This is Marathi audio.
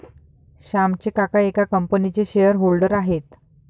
श्यामचे काका एका कंपनीचे शेअर होल्डर आहेत